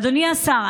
אדוני השר,